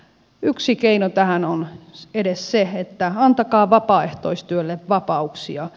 yksi keino tähän on edes se että antakaa vapaaehtoistyölle vapauksia